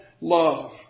love